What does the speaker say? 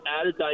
added